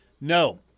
No